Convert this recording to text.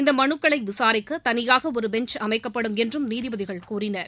இந்த மனுக்களை விசாரிக்க தளியாக ஒரு பெஞ்ச் அமைக்கப்படும் என்றும் நீதிபதிகள் கூறினர்